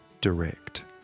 direct